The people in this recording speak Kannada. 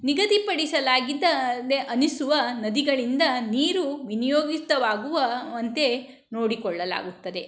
ನಿಗದಿಪಡಿಸಲಾಗಿದ್ದ ಅಂದೆ ಅನಿಸುವ ನದಿಗಳಿಂದ ನೀರು ವಿನಿಯೋಗಿತವಾಗುವಂತೆ ನೋಡಿಕೊಳ್ಳಲಾಗುತ್ತದೆ